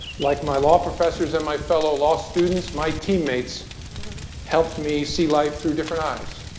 like my law professors and my fellow law students, my teammates helped me see life through different eyes.